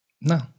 no